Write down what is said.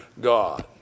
God